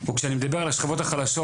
וכשאני מדבר על השכבות החלשות,